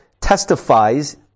testifies